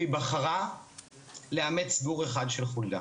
והיא בחרה לאמץ גור אחד של חולדה.